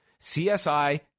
CSI